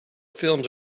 films